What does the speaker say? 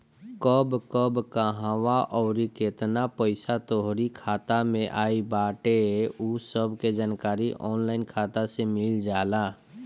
कब कब कहवा अउरी केतना पईसा तोहरी खाता में आई बाटे उ सब के जानकारी ऑनलाइन खाता से मिल जाला